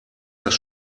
das